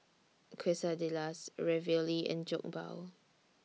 Quesadillas Ravioli and Jokbal